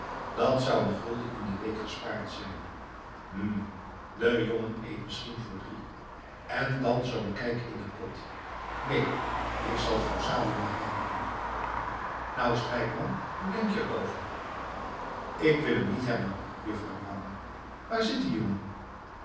dat zou een gulden in de week gespaard zijn hm de jongen eet misschien voor drie en dan zoo'n kijk in den pot neen k zal vrouw sabel maar houden nou strijkman hoe denk je er over k wil hem niet hebben juffrouw ram waar zit die jongen